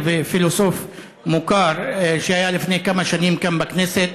ופילוסוף מוכר שהיה לפני כמה שנים כאן בכנסת,